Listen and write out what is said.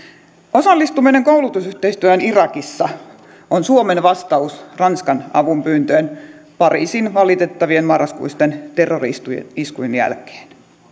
osallistuminen koulutusyhteistyöhön irakissa on suomen vastaus ranskan avunpyyntöön pariisin valitettavien marraskuisten terrori iskujen iskujen jälkeen